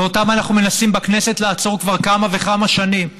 ואותם אנחנו מנסים בכנסת לעצור כבר כמה וכמה שנים.